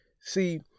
See